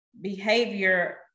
behavior